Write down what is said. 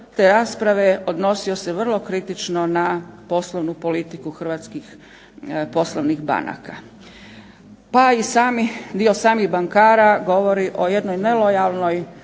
te rasprave odnosio se vrlo kritično na poslovnu politiku hrvatskih poslovnih banaka. Pa i dio samih bankara govori o jednoj nelojalnoj